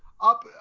Up